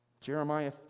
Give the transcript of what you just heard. Jeremiah